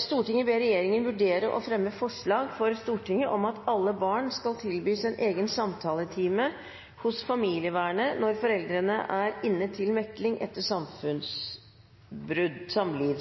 Stortinget om at alle barn skal tilbys en egen samtaletime hos familievernet når foreldrene er inne til mekling etter samlivsbrudd.»